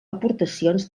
aportacions